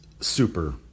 super